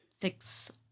six